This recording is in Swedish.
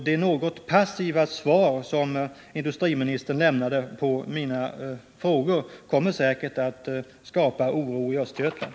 Det något passiva svar som industriministern lämnade på mina frågor kommer säkert att skapa oro i Östergötland.